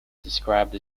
described